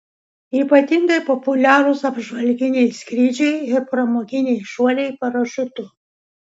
ypatingai populiarūs apžvalginiai skrydžiai ir pramoginiai šuoliai parašiutu